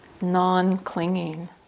non-clinging